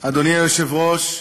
היושב-ראש,